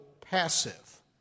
passive